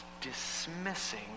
dismissing